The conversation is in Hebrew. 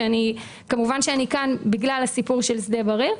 שכמובן שאני כאן בגלל העניין של שדה בריר,